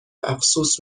افسوس